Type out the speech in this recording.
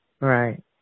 Right